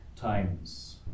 times